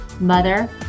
mother